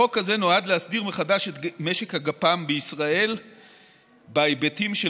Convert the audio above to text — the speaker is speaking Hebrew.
החוק הזה נועד להסדיר מחדש את משק הגפ"ם בישראל בהיבטים של